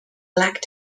black